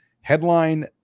Headline